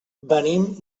venim